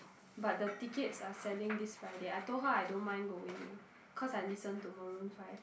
but the tickets are selling this Friday I told her I don't mind going ah cause I listen to Maroon five